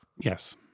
Yes